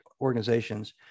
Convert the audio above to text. organizations